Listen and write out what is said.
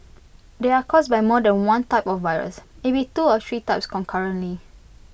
they are caused by more than one type of virus maybe two or three types concurrently